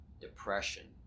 depression